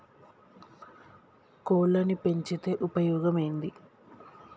కోళ్లని పెంచితే ఉపయోగం ఏంది?